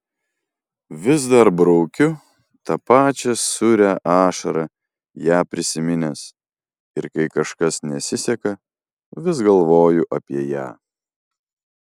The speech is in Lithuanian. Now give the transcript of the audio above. vis dar braukiu tą pačią sūrią ašarą ją prisiminęs ir kai kažkas nesiseka vis galvoju apie ją